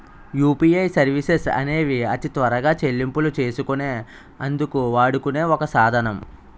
UPI services అనేవి అతి త్వరగా చెల్లింపులు చేసుకునే అందుకు వాడుకునే ఒక సాధనం